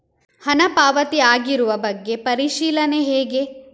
ಹಣ ಪಾವತಿ ಆಗಿರುವ ಬಗ್ಗೆ ಪರಿಶೀಲನೆ ಹೇಗೆ?